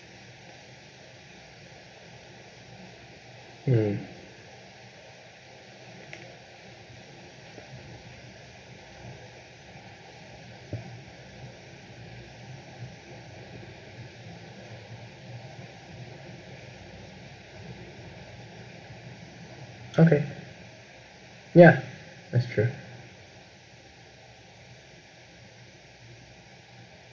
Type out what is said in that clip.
mm okay ya that's true